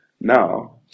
now